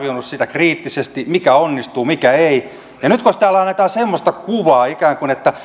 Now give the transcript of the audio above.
kriittisesti mikä onnistuu mikä ei nyt kun täällä annetaan semmoista kuvaa että ikään kuin tässä